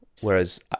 Whereas